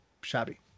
shabby